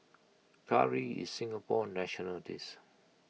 Curry is Singapore's national dish